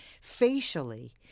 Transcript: facially